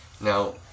now